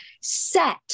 set